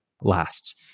lasts